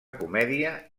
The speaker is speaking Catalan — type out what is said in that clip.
comèdia